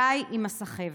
די עם הסחבת.